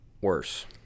worse